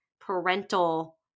parental